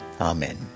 Amen